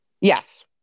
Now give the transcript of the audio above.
Yes